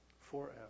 Forever